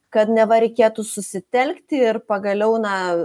kad neva reikėtų susitelkti ir pagaliau na